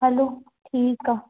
हलो ठीकु आहे